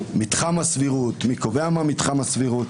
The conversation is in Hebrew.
מתחם הסבירות, מי קובע מה מתחם הסבירות,